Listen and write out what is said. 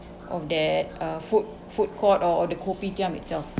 of that uh food food court or or the kopitiam itself